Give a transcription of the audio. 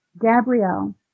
Gabrielle